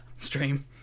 stream